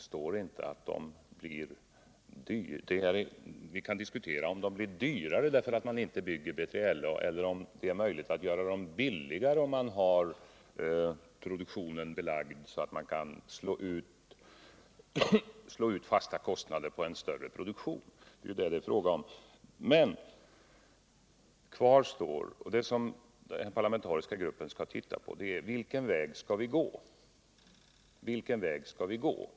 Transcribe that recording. Man kan naturligtvis också säga att det blir dyrare, om man inte bygger B3LA och att det blir möjligt att göra planen billigare om man redan har produktionen belagd, så att man kan slå ut de fasta kostnaderna på en större produktion. Det är ju det som det blir fråga om. Kvar står spörsmålet — och det är det som den parlamentariska gruppen skall undersöka — vilken väg vi skall gå.